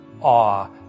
awe